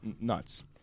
nuts